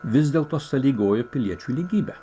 vis dėl to sąlygojo piliečių lygybę